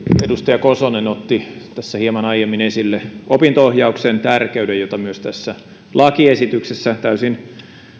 edustaja kosonen otti tässä hieman aiemmin esille opinto ohjauksen tärkeyden jota myös tässä lakiesityksessä täysin